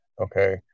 okay